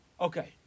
Okay